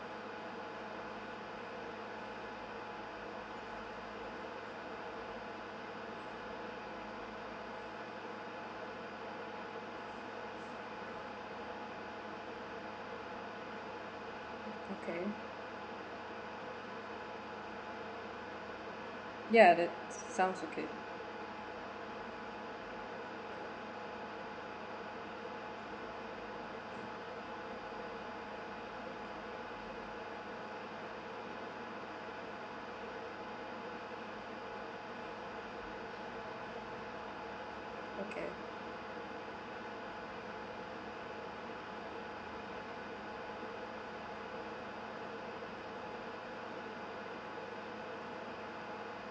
okay ya that sounds okay okay